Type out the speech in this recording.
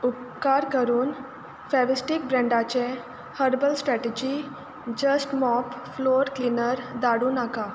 उपकार करून फॅविस्टीक ब्रँडाचें herbal strategy just mop floor cleaner धाडूं नाका